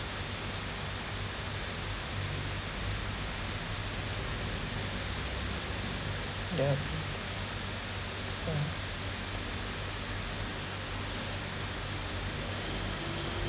yeah mm